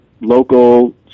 local